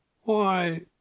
Why